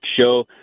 Show